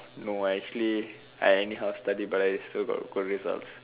no I actually I anyhow study but I still got good results